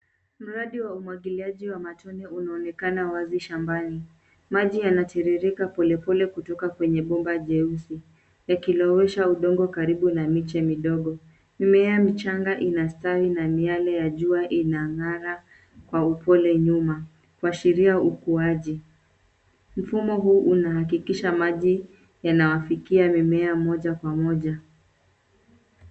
Mradi wa umwaguliaji wa matone unaonekana wazi shambani maji yanatiririka pole pole kutoka kwenye bomba jeusi yakilowesha udongo karibu miche midogo. Mimea michanga ina stawi na miale ya jua inangara kwa upole nyuma kuashiria ukuaji. Mfumo huu una hakikisha maji yana wafikia mimea mmoja kwa moja.